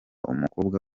umukobwa